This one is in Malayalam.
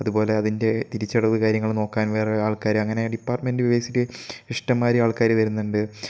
അതുപോലെ അതിൻ്റെ തിരിച്ചടവ് കാര്യങ്ങൾ നോക്കാൻ വേറെ ഒരാൾക്കാർ അങ്ങനെ ഡിപ്പാർട്മെൻറ്റ് ബേസിൽ ഇഷ്ടംമാതിരി ആൾക്കാർ വരുന്നുണ്ട്